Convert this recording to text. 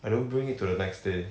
I don't bring it to the next day